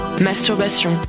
Masturbation